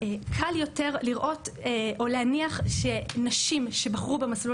קל יותר לראות או להניח שנשים שבחרו במסלול